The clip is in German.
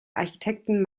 architekten